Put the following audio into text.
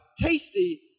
Tasty